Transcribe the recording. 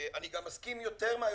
אני גם מסכים יותר מהיושב-ראש,